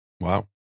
wow